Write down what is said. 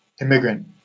immigrant